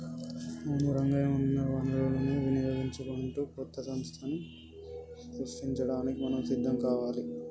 అవును రంగయ్య ఉన్న వనరులను వినియోగించుకుంటూ కొత్త సంస్థలను సృష్టించడానికి మనం సిద్ధం కావాలి